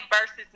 versus